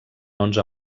onze